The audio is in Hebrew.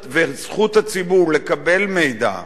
וזכות הציבור לקבל מידע,